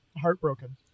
heartbroken